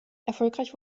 erfolgreich